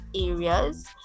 areas